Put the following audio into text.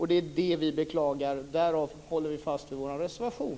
Det är det vi beklagar, och därför håller vi fast vid vår reservation.